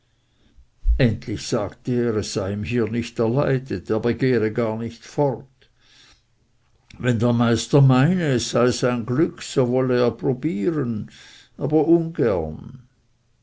endlich sagte er es sei ihm hier nicht erleidet er begehre gar nicht fort wenn der meister meine es sei sein glück so wolle er probieren aber ungern